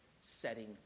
setting